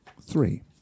Three